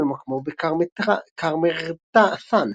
וממקמו בקרמרת'ן.